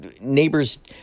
neighbors